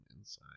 inside